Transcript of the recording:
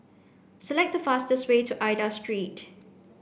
select the fastest way to Aida Street